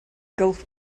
gulf